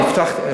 אני הבטחתי,